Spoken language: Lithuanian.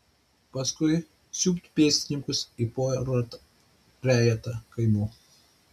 paskui siūbt pėstininkus į porą trejetą kaimų